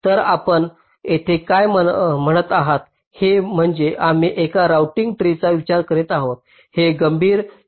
तर आपण येथे काय म्हणत आहात ते म्हणजे आम्ही एका राउटिंग ट्रीचा विचार करीत आहोत जे गंभीर सिंक माहितीचा विचार करीत नाही